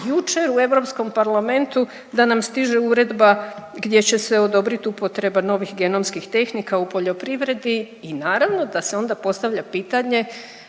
jučer u Europskom parlamentu da nam stiže uredba gdje će se odobrit upotreba novih genomskih tehnika u poljoprivredi i naravno da se onda postavlja pitanje